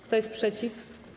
Kto jest przeciw?